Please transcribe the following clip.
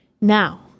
Now